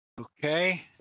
Okay